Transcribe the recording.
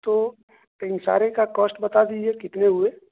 تو اِن سارے کا کوسٹ بتا دیجئے کتنے ہوئے